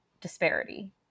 disparity